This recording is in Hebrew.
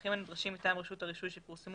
והמסמכים הנדרשים מטעם רשות הרישוי שפורסמו